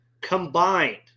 Combined